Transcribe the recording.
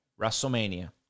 WrestleMania